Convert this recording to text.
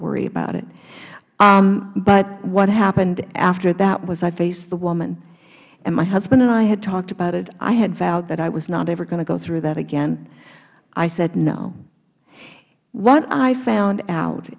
worry about it but what happened after that was i faced the woman and my husband and i had talked about it i had vowed that i was not ever going to go through that again i said no what i found out